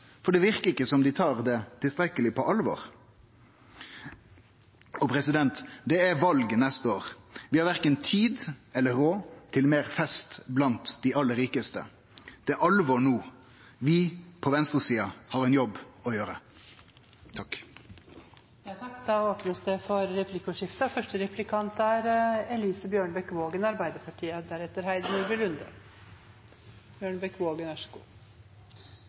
for det verkar ikkje som dei tar det tilstrekkeleg på alvor. Det er val neste år. Vi har verken tid eller råd til meir fest blant dei aller rikaste. Det er alvor no. Vi på venstresida har ein jobb å gjere.